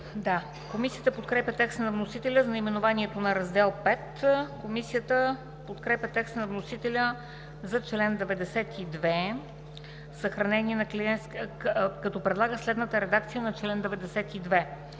Комисията подкрепя текста на вносителя за наименованието на Раздел V. Комисията подкрепя текста на вносителя за чл. 92, като предлага следната редакция на чл. 92: